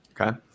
Okay